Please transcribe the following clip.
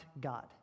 God